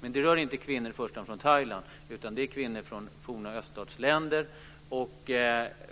Men detta rör inte i första hand kvinnor från